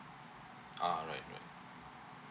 ah right right